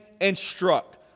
instruct